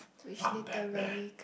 I'm Batman